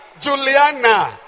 Juliana